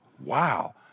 wow